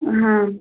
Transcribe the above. हाँ